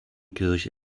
kirche